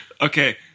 Okay